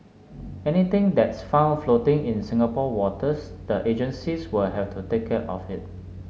anything that's found floating in Singapore waters the agencies will have to take care of it